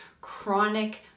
chronic